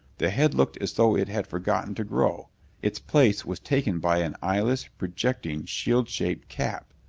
the head looked as though it had forgotten to grow its place was taken by an eyeless, projecting, shield shaped cap.